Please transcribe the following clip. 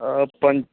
पंच